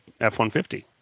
F-150